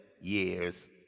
years